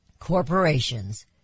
Corporations